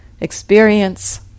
experience